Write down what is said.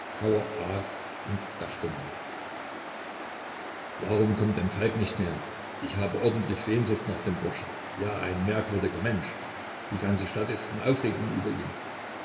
und dachte nach warum kommt denn falk nicht mehr ich habe ordentlich sehnsucht nach dem burschen ja ein merkwürdiger mensch die ganze stadt ist in aufregung über ihn